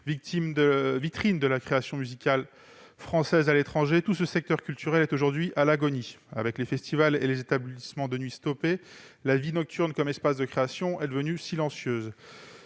vitrine de la création musicale française à l'étranger ; tout ce secteur culturel est aujourd'hui à l'agonie. Avec l'arrêt des festivals et des établissements de nuit, la vie nocturne comme espace de création est devenue silencieuse.